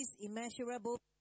immeasurable